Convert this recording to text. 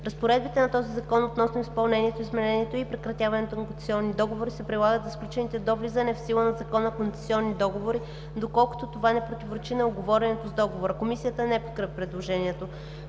„Разпоредбите на този закон относно изпълнението, изменението и прекратяването на концесионни договори се прилагат за сключените до влизането в сила на закона концесионни договори, доколкото това не противоречи на уговореното с договора.“ Комисията не подкрепя предложението.